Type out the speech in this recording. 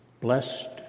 Blessed